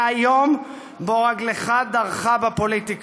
מהיום שבו דרכה רגלך בפוליטיקה.